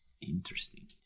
interesting